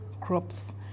crops